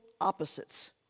opposites